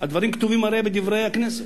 הדברים כתובים, הרי, ב"דברי הכנסת"